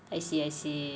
I see I see